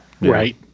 Right